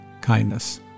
Kindness